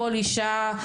כל אישה,